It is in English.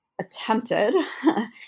attempted